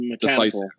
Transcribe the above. decisive